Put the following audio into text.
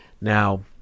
Now